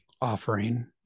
offering